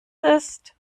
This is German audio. ist